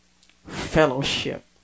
fellowship